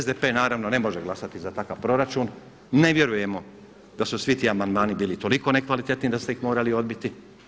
SDP naravno ne može glasati za takav proračun, ne vjerujemo da su svi ti amandmani bili toliko nekvalitetni da ste ih morali odbiti.